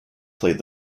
played